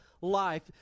life